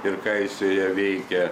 ir ką jis joje veikė